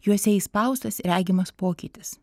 juose įspaustas regimas pokytis